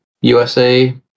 USA